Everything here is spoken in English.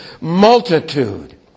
multitude